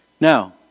Now